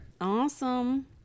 Awesome